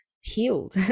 healed